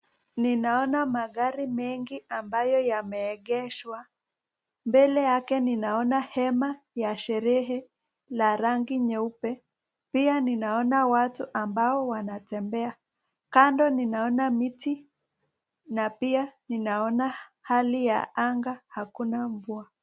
Ninaona magari mengi ambayo yameegeshwa mbele yake ninaona hema la sherehe la rangi nyeupe pia ninaona watu ambao wanatembea, kando ninaona miti na pia ninaona hali ya anga hakuna mvua.